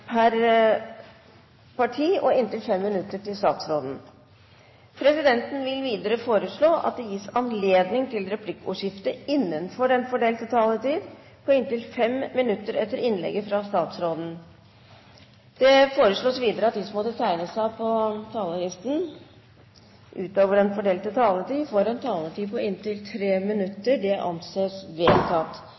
parti og inntil 5 minutter til statsråden. Videre vil presidenten foreslå at det gis anledning til replikkordskifte på inntil fem replikker med svar etter innlegget fra statsråden innenfor den fordelte taletid. Videre blir det foreslått at de som måtte tegne seg på talerlisten utover den fordelte taletid, får en taletid på inntil 3 minutter. – Det anses vedtatt.